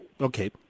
Okay